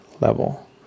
level